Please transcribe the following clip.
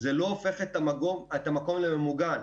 זה לא הופך את המקום לממוגן.